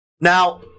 Now